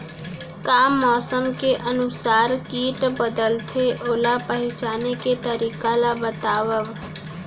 का मौसम के अनुसार किट बदलथे, ओला पहिचाने के तरीका ला बतावव?